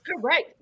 correct